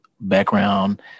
background